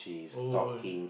oh